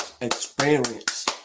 experience